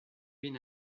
been